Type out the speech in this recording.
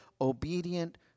obedient